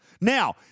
Now